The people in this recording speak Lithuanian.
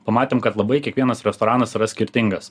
pamatėm kad labai kiekvienas restoranas yra skirtingas